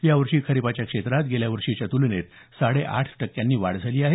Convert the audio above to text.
यावर्षी खरीपाच्या क्षेत्रात गेल्या वर्षीच्या तुलनेत साडे आठ टक्क्यांनी वाढ झाली आहे